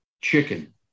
chicken